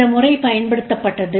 இந்த முறை பயன்படுத்தப்பட்டது